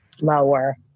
lower